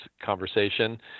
conversation